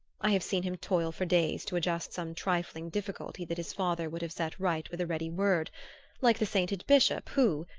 i have seen him toil for days to adjust some trifling difficulty that his father would have set right with a ready word like the sainted bishop who,